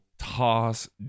toss